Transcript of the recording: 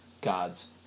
God's